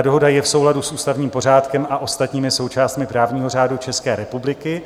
Dohoda je v souladu s ústavním pořádkem a ostatními součástmi právního řádu České republiky.